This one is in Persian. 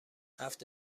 هفت